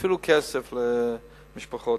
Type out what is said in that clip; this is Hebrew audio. הרבה כסף למשפחות.